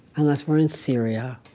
unless we're in syria,